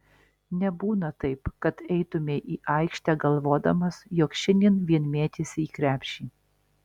nebūna taip kad eitumei į aikštę galvodamas jog šiandien vien mėtysi į krepšį